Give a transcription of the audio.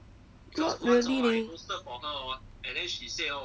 not really leh